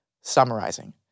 summarizing